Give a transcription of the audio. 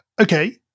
Okay